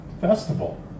festival